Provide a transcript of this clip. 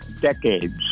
decades